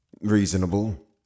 Reasonable